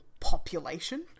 population